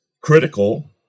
critical